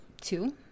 two